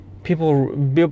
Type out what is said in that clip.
people